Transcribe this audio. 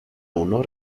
uno